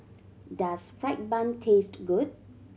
does fried bun taste good